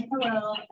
hello